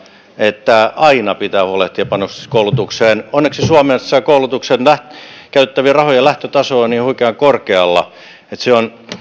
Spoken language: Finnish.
että aina pitää huolehtia panostuksista koulutukseen onneksi suomessa koulutukseen käytettävien rahojen lähtötaso on niin huikean korkealla että se on